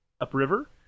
upriver